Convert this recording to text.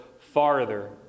farther